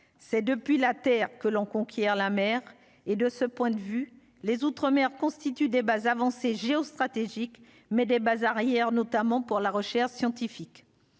c'est depuis la terre que l'on conquiert la mer et de ce point de vue les outre-mer constituent des bases avancées géostratégique mais des bases arrières notamment pour la recherche scientifique,